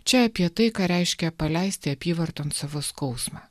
čia apie tai ką reiškia paleisti apyvarton savo skausmą